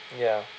ya